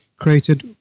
created